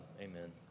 Amen